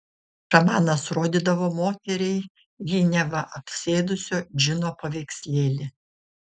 šamanas rodydavo moteriai jį neva apsėdusio džino paveikslėlį